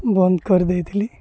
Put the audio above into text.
ବନ୍ଦ କରିଦେଇଥିଲି